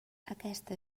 aquesta